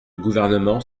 gouvernement